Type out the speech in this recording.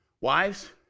Wives